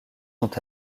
sont